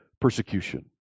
persecution